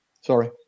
Sorry